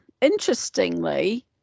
Interestingly